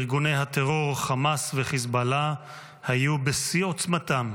ארגוני הטרור חמאס וחיזבאללה היו בשיא עוצמתם,